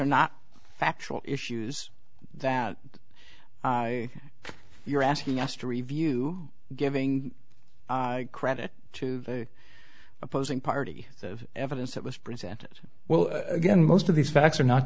are not factual issues that you're asking us to review giving credit to the opposing party of evidence that was presented well again most of these facts are not